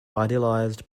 idealized